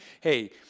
hey